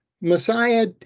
Messiah